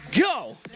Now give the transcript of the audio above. go